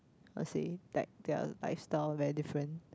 how say like their lifestyle very different